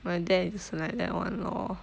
my dad is like that [one] lor